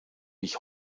ich